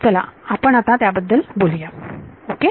चला आपण आता त्याबद्दल बोलूया ओके